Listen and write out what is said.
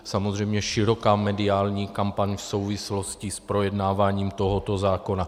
Samozřejmě široká mediální kampaň v souvislosti s projednáváním tohoto zákona.